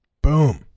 Boom